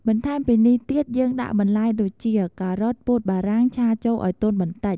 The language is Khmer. បន្ថែមពីនេះទៀតយើងដាក់បន្លែដូចជា ការ៉ុត ពោតបារាំងឆាចូលឱ្យទន់បន្តិច។